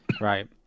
right